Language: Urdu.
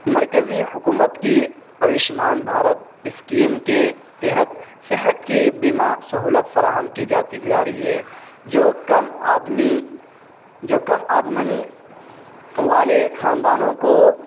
مرکزی حکومت کی ایوشمان بھارت اسکیم کے تحت صحت کی بیمہ سہولت فراہم کی جا رہی ہے جو کم آدمی جو کم آدمنی والے خاندانوں کو